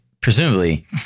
presumably